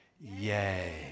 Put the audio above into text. yay